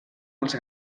els